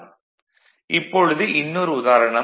vlcsnap 2018 11 05 10h08m02s148 இப்பொழுது இன்னொரு உதாரணம்